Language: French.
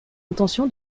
intention